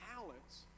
talents